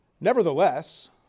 Nevertheless